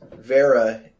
Vera